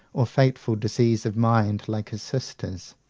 or fateful disease of mind like his sister's,